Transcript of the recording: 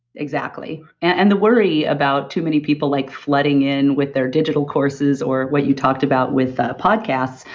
exactly. and the worry about too many people like flooding in with their digital courses or what you talked about with podcasts,